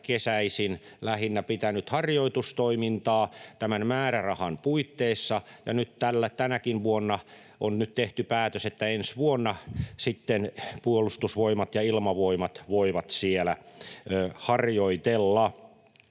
kesäisin pitänyt harjoitustoimintaa tämän määrärahan puitteissa, ja nyt tänäkin vuonna on tehty päätös, että ensi vuonna sitten Puolustusvoimat ja Ilmavoimat voivat siellä harjoitella.